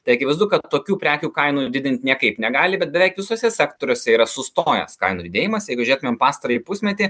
tai akivaizdu kad tokių prekių kainų didint niekaip negali bet beveik visuose sektoriuose yra sustojęs kainų didėjimas jeigu žiūrėtumėm pastarąjį pusmetį